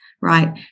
right